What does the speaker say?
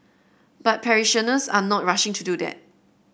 but parishioners are not rushing to do that